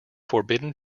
forbidden